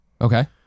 Okay